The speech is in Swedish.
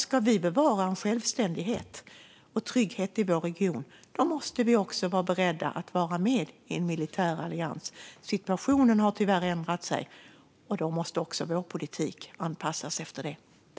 Ska vi bevara självständighet och trygghet i vår region måste vi nämligen också vara beredda att vara med i en militär allians. Situationen har tyvärr ändrats, och då måste vår politik anpassas efter det.